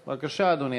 בבקשה, אדוני.